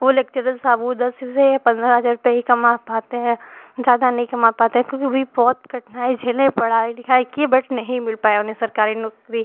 वो लेक्चरर साहब वो दस से पन्द्रा हजार रुपये ही कमा पाते हैं ज़्यादा नहीं कमा पाते क्योंकि भी बहुत कठिनाई झेले पढ़ाई लिखाई किए बट नहीं मिल पाया उन्हें सरकारी नौकरी